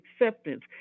acceptance